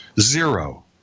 zero